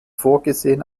vorgesehen